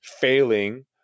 failing